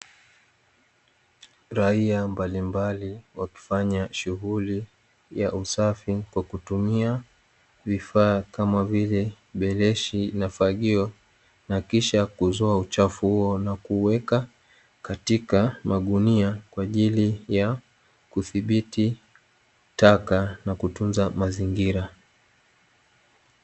Raia mbalimbali wakifanya shughuli ya usafi kwa kutumia vifaa, kama vile beleshi na fagio na kisha kuuzoa uchafu huo na kuuweka katika magunia, kwa ajili ya kidhibiti taka na kutunza mazingira.